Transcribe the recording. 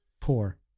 poor